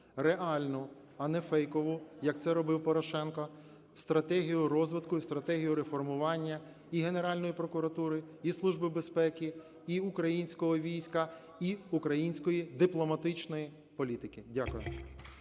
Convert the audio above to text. реальну, а не фейкову, як це робив Порошенко, стратегію розвитку і стратегію реформування і Генеральної прокуратури, і Служби безпеки, і українського війська, і української дипломатичної політики. Дякую.